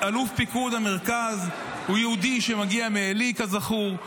אלוף פיקוד המרכז הוא יהודי שמגיע מעלי, כזכור.